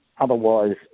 Otherwise